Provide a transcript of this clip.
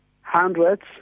hundreds